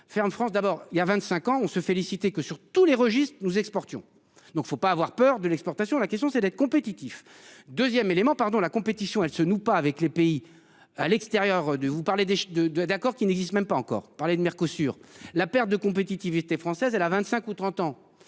ferme France. D'abord il y a 25 ans on se féliciter que sur tous les registres, nous exportons donc faut pas avoir peur de l'exportation. La question c'est d'être compétitif 2ème élément pardon la compétition, elle se nouent pas avec les pays à l'extérieur du vous parlez des de de d'accord qui n'existe même pas encore parler de Mirko sur la perte de compétitivité française elle a 25 ou 30 ans.